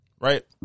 right